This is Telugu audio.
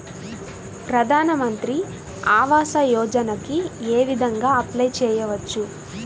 ప్రధాన మంత్రి ఆవాసయోజనకి ఏ విధంగా అప్లే చెయ్యవచ్చు?